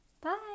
Bye